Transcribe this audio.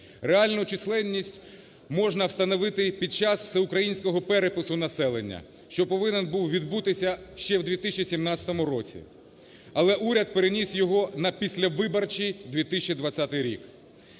Реальну чисельність можна встановити під час Всеукраїнського перепису населення, що повинен був відбутися ще в 2017 році, але уряд переніс його на післявиборчий 2020 рік.